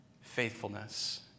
faithfulness